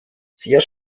sehr